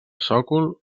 sòcol